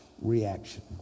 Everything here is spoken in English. reaction